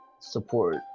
support